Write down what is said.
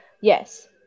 Yes